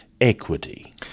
equity